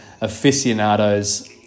Aficionados